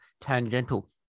tangential